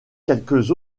quelques